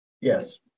Yes